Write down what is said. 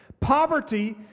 Poverty